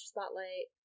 Spotlight